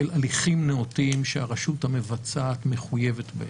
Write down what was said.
הליכים נאותים שהרשות המבצעת מחויבת בהם.